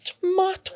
tomato